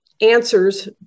answers